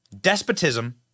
despotism